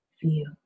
feel